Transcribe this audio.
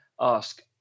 ask